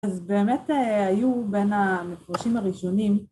אז באמת היו בין המפרשים הראשונים...